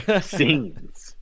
scenes